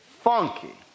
funky